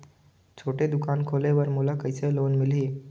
छोटे दुकान खोले बर मोला कइसे लोन मिलही?